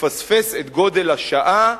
תפספס את גודל השעה,